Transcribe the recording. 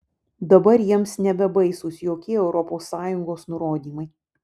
dabar jiems nebebaisūs jokie europos sąjungos nurodymai